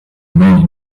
many